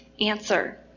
answer